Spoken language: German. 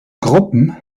gruppen